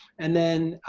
and then,